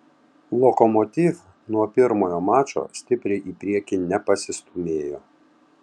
lokomotiv nuo pirmojo mačo stipriai į priekį nepasistūmėjo